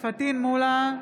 פטין מולא,